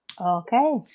okay